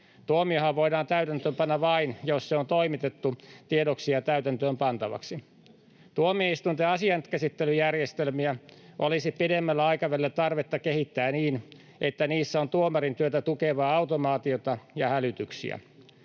Tuomiohan voidaan täytäntöönpanna vain, jos se on toimitettu tiedoksi ja täytäntöönpantavaksi. Tuomioistuinten asiankäsittelyjärjestelmiä olisi pidemmällä aikavälillä tarvetta kehittää niin, että niissä on tuomarin työtä tukevaa automaatiota ja hälytyksiä.